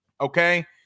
okay